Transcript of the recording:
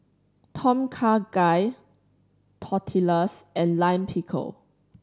Tom Kha Gai Tortillas and Lime Pickle